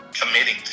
committing